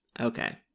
Okay